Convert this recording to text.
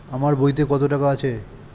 আমার বইতে কত টাকা আছে?